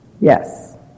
Yes